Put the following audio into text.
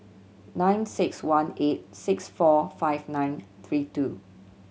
nine six one eight six four five nine three two